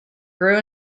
grew